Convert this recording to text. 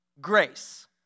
grace